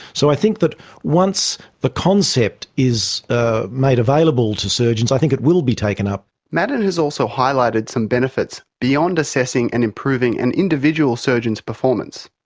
so i think that once the concept is ah made available to surgeons, i think it will be taken up. maddern has also highlighted some benefits beyond assessing and improving an individual surgeon's performance.